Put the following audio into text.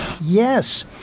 Yes